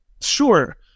Sure